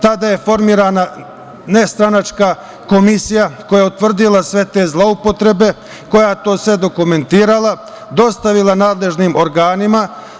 Tada je formirana nestranačka komisija koja je utvrdila sve te zloupotrebe, koja je sve to dokumentovala, dostavila nadležnim organima.